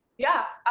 yeah!